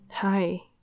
Hi